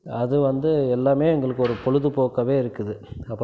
அது வந்து எல்லாமே எங்களுக்கு ஒரு பொழுதுபோக்காகவே இருக்குது அப்ப